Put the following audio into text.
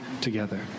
together